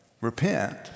Repent